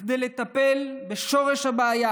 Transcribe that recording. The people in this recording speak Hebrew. כדי לטפל בשורש הבעיה